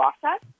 process